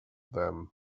them